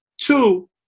Two